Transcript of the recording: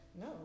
No